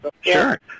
sure